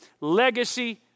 legacy